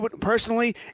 Personally